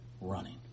running